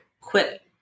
quit